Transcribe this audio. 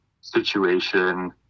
situation